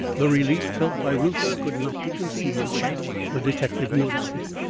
the relief felt by reuther could not be concealed. the the detective noticed it.